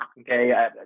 okay